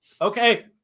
Okay